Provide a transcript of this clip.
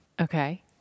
Okay